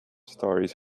stories